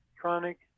chronic